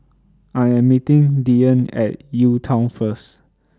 I Am meeting Dyan At UTown First